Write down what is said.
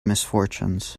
misfortunes